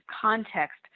context